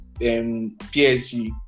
PSG